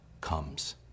comes